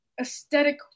aesthetic